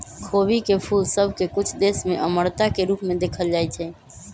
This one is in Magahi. खोबी के फूल सभ के कुछ देश में अमरता के रूप में देखल जाइ छइ